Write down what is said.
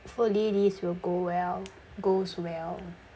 hopefully this will go well goes well